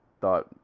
thought